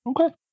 Okay